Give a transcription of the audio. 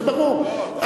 זה ברור.